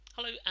Hello